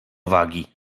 wagi